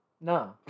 No